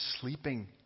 sleeping